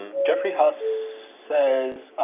and jefferyhughes says,